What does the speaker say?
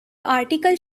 article